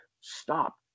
stop